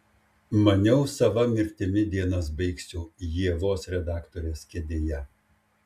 maniau sava mirtimi dienas baigsiu ievos redaktorės kėdėje